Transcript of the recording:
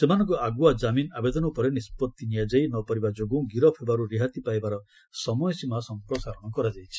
ସେମାନଙ୍କ ଆଗୁଆ ଜାମିନ ଆବେଦନ ଉପରେ ନିଷ୍ପଭି ନିଆଯାଇ ନ ପାରିବା ଯୋଗୁଁ ଗିରଫ ହେବାରୁ ରିହାତି ପାଇବାର ସମୟସୀମା ସମ୍ପ୍ରସାରଣ କରାଯାଇଛି